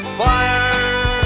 fire